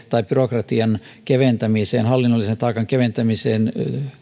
tai byrokratian tai hallinnollisen taakan keventämiseen